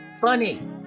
funny